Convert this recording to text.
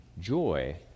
joy